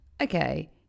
okay